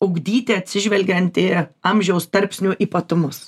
ugdyti atsižvelgiant į amžiaus tarpsnių ypatumus